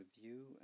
review